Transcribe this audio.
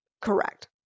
Correct